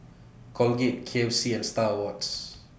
Colgate K F C and STAR Awards